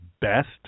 best